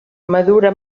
madura